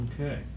Okay